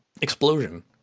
explosion